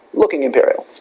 looking imperial.